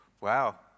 Wow